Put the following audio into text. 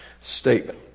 statement